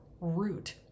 root